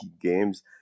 games